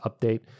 update